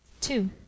Two